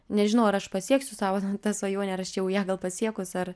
nežinau ar aš pasieksiu savo ten tą svajonę ar aš jau ją gal pasiekus ar